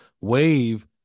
wave